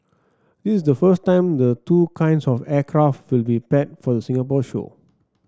this is the first time the two kinds of aircraft will be paired for the Singapore show